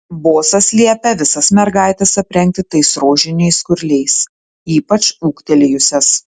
bosas liepia visas mergaites aprengti tais rožiniais skurliais ypač ūgtelėjusias